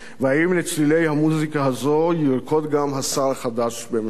לצלילי המוזיקה הזו ירקוד גם השר החדש בממשלתך.